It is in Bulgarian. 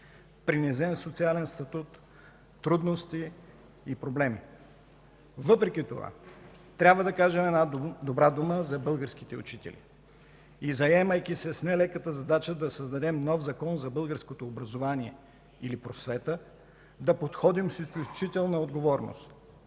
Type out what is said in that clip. принизен социален статут, трудности и проблеми. Въпреки това трябва да кажем една добра дума за българските учители и, заемайки се с не леката задача да създадем нов закон за българското образование или просвета, да подходим с изключителна отговорност.